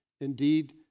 Indeed